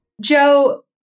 Joe